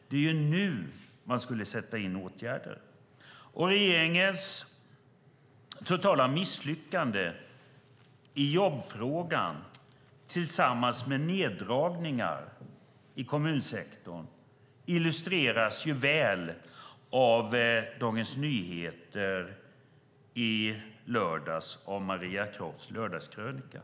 Det är nu som man skulle vidta åtgärder. Regeringens totala misslyckande i jobbfrågan tillsammans med neddragningar i kommunsektorn illustreras väl av Dagens Nyheter i lördags i Maria Crofts lördagskrönika.